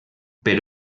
per